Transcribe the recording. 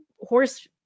horse